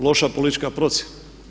Loša politička procjena.